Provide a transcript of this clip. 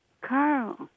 Carl